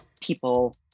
people